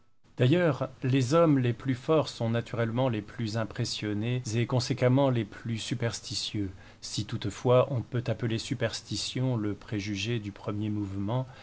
d'ailleurs les hommes les plus forts sont naturellement les plus impressionnés et conséquemment les plus superstitieux si toutefois l'on peut appeler superstition le préjugé du premier mouvement